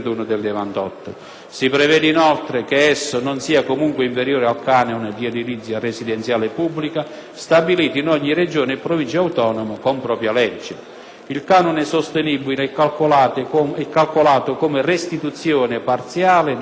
Si prevede inoltre che esso non sia comunque inferiore al canone di edilizia residenziale pubblica stabilito in ogni Regione e Provincia autonoma con propria legge. Il canone sostenibile è calcolato come restituzione parziale di quanto pagato